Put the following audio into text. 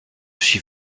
suis